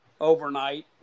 overnight